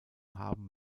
haben